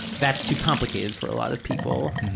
that's too complicated for a lot of people.